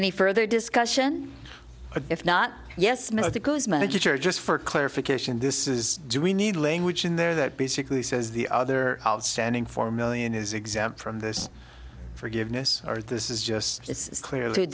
any further discussion if not yes mother goes megachurch just for clarification this is do we need language in there that basically says the other outstanding four million is exempt from this forgiveness or this is just it's clearly